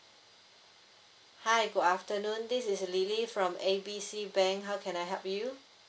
hi good afternoon this is lily from A B C bank how can I help you